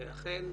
ואכן,